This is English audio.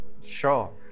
Sure